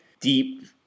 deep